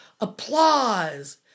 Applause